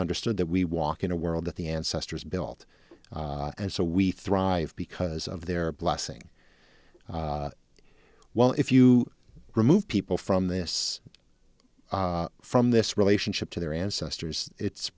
understood that we walk in a world that the ancestors built and so we thrive because of their blessing well if you remove people from this from this relationship to their ancestors it's